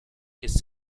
almost